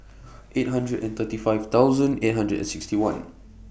eight hundred and thirty five thousand eight hundred and sixty one